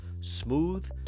smooth